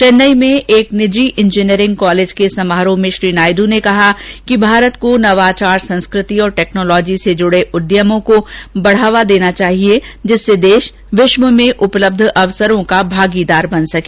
चेन्नई में एक निजी इंजीनियरिंग कॉलेज के समारोह में श्री नायडू ने कहा कि भारत को नवाचार संस्कृति और टेक्नॉलोजी से जुड़े उद्यमों को बढ़ावा देना चाहिए जिससे देश विश्व में उपलब्ध अवसरों का भागीदार बन सके